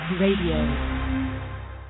Radio